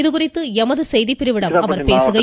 இதுகுறித்து எமது செய்திப்பிரிவிடம் அவர் பேசுகையில்